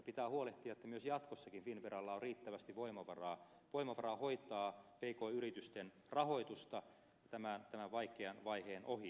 pitää huolehtia että myös jatkossa finnveralla on riittävästi voimavaraa hoitaa pk yritysten rahoitusta tämän vaikean vaiheen ohi